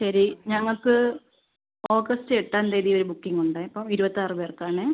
ശരി ഞങ്ങൾക്ക് ഓഗസ്റ്റ് എട്ടാം തീയ്യതിയിലൊരു ബുക്കിംഗുണ്ടേ അപ്പം ഇരുപത്താറ് പേർക്കാണേ